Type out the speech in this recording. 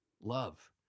love